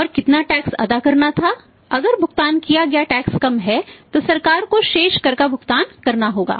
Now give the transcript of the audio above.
और कितना टैक्स अदा करना था अगर भुगतान किया गया टैक्स कम है तो सरकार को शेष कर का भुगतान करना होगा